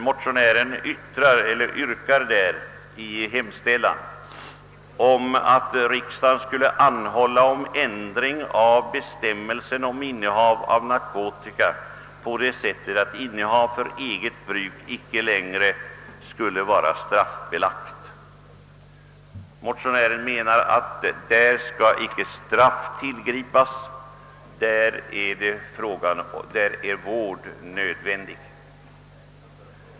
Motionären hemställer »att riksdagen ——— måtte anhålla om ändring av bestämmelserna om innehav av narkotika på det sättet att innehav för eget bruk icke längre skulle vara straffbelagt». Motionären menar att i sådana fall bör icke straff tillgripas, utan där är vård nödvändig.